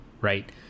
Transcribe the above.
right